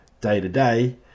day-to-day